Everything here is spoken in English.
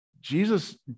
Jesus